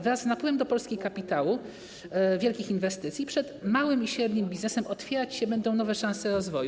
Wraz z napływem do Polski kapitału, wielkich inwestycji przed małym i średnim biznesem otwierać się będą nowe szanse rozwoju.